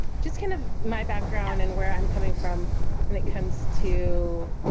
just kind of my background and where i'm coming from when it comes to